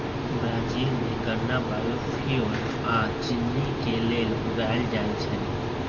Brazil में गन्ना biofuel आ चिन्नी के लेल उगाएल जाई छई